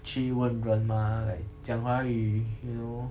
去问人 mah like 讲华语 you know